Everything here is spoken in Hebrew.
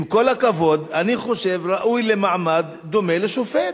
עם כל הכבוד, אני חושב, ראוי למעמד דומה לשופט.